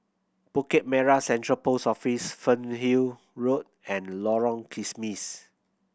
Bukit Merah Central Post Office Fernhill Road and Lorong Kismis